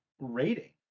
rating